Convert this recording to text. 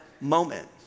moment